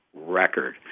record